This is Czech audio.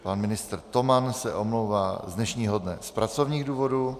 Pan ministr Toman se omlouvá z dnešního dne z pracovních důvodů.